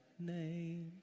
name